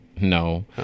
no